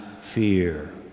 fear